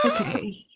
Okay